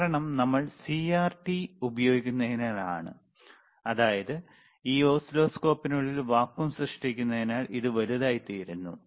കാരണം നമ്മൾ CRT cathode ray tube ഉപയോഗിക്കുന്നതിനാലാണ് അതായത് ഈ ഓസിലോസ്കോപ്പിനുള്ളിൽ വാക്വം സൃഷ്ടിക്കുന്നതിനാൽ ഇത് വലുതായിത്തീരുന്നു